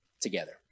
together